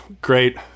great